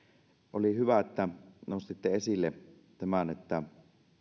oli hyvä että nostitte esille tämän että